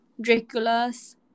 Dracula's